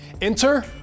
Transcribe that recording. Enter